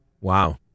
Wow